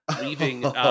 leaving